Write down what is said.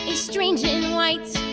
ah stranger in white